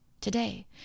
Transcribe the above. today